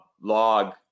log